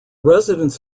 residents